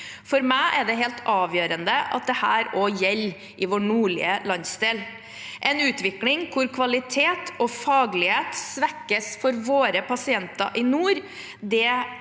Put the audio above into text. For meg er det helt avgjørende at dette også gjelder i vår nordlige landsdel. En utvikling hvor kvalitet og faglighet svekkes for våre pasienter i nord,